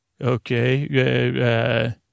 Okay